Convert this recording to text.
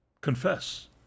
Confess